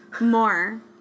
more